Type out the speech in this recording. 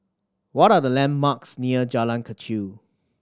what are the landmarks near Jalan Kechil